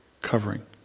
covering